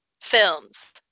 films